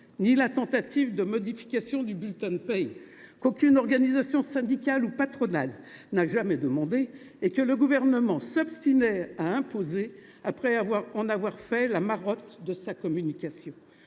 la tentative de modification du bulletin de paie, qu’aucune organisation syndicale ou patronale n’a jamais demandée et que le Gouvernement s’obstinait à imposer, après en avoir fait la marotte de sa communication.